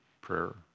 prayer